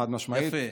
חד-משמעית.